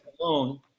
alone